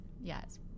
Yes